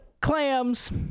clams